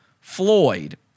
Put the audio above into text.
Floyd